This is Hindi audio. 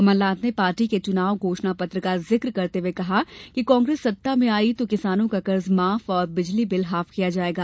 कमलनाथ ने पार्टी के चुनाव घोषणापत्र का जिक्र करते हुए कहा कि कांग्रेस सत्ता में आई तो किसानों का कर्ज माफ और बिजली बिल हाफ किया जायेगा